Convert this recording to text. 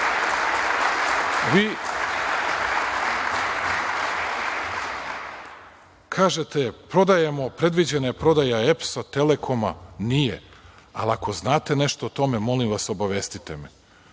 Vi kažete – prodajemo, predviđena prodaja EPS-a, Telekoma. Nije. Ako znate nešto o tome, molim vas obavestite me.